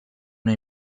una